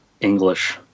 English